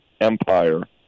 empire